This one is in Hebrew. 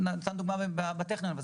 אני